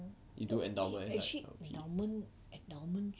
actually endowment endowment